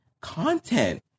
content